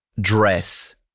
Dress